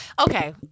Okay